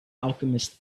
alchemist